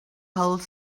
whole